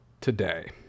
today